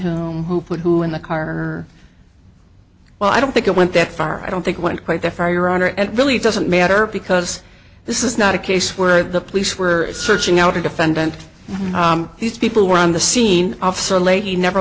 him who put who in the car well i don't think it went that far i don't think went quite that far your honor and really it doesn't matter because this is not a case where the police were searching out a defendant these people were on the scene officer leahy never